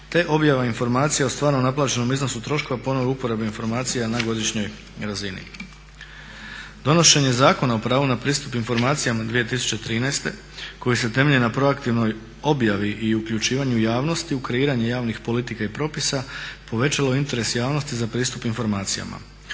te objava informacija o stvarno naplaćenom iznosu troškova, ponovnoj uporabi informacija na godišnjoj razini. Donošenje Zakona o pravu na pristup informacijama 2013. koji se temelji na proaktivnoj objavi i uključivanju javnosti u kreiranje javnih politika i propisa povećalo interes javnosti za pristup informacijama.